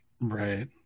Right